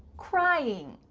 crying.